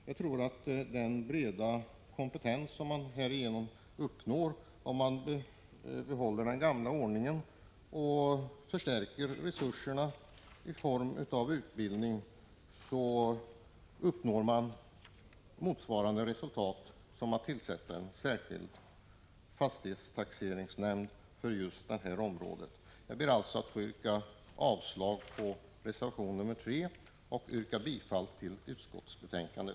Jag tror att man med den breda kompetens som man uppnår om man behåller den gamla ordningen och förstärker resurserna i form av utbildning uppnår motsvarande resultat som om man tillsätter en särskild fastighetstaxeringsnämnd för just detta område. Jag ber alltså att få yrka avslag på reservation 3 och bifall till hemställan i utskottsbetänkandet.